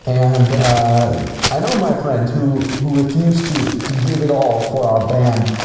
and i know my friend who who refused to to give it all for our band.